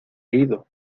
ido